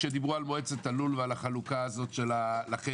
כשדיברו על מועצת הלול ועל החלוקה הזאת לחבר'ה,